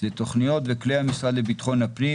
זה תוכניות וכלי המשרד לביטחון הפנים,